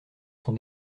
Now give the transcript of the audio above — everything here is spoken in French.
sont